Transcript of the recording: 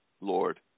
Lord